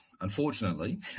Unfortunately